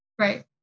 Right